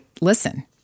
listen